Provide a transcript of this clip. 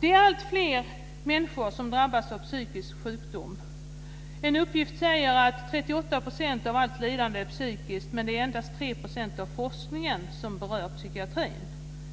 Det är alltfler människor som drabbas av psykisk sjukdom. En uppgift säger att 38 % av allt lidande är psykiskt, men det är endast 3 % av forskningen som berör psykiatrin.